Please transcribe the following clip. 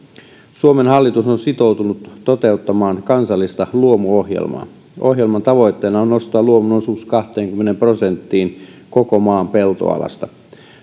suomen hallitus on sitoutunut toteuttamaan kansallista luomuohjelmaa ohjelman tavoitteena on nostaa luomun osuus kahteenkymmeneen prosenttiin koko maan peltoalasta